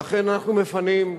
ואכן אנחנו מפנים,